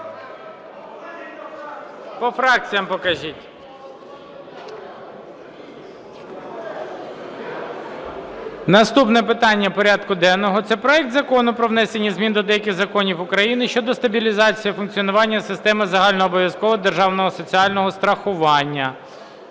Наступне питання порядку денного, це проект Закону про внесення змін до деяких законів України щодо стабілізації функціонування системи загальнообов'язкового державного соціального страхування.